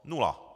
Nula.